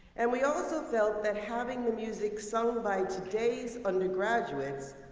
and we also felt that having the music sung by today's undergraduates,